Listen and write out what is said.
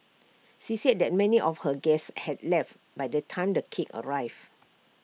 she said that many of her guests had left by the time the cake arrived